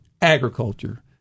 agriculture